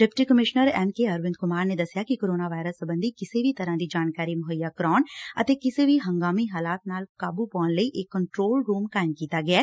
deputy commissioner M K Arvind Kumar ਨੇ ਦਸਿਆ ਕਿ ਕੋਰੋਨਾ ਵਾਇਰਸ ਸਬੰਧੀ ਕਿਸੇ ਵੀ ਤਰੁਾਂ ਦੀ ਜਾਣਕਾਰੀ ਮੁੱਹਈਆ ਕਰਾਉਣ ਅਤੇ ਕਿਸੇ ਵੀ ਹੰਗਾਮੀ ਹਾਲਾਤ ਤੇ ਕਾਬੂ ਪਾਉਣ ਲਈ ਇਹ ਕੰਟਰੋਲ ਰੂਮ ਕਾਇਮ ਕੀਤਾ ਗਿਐ